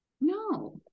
No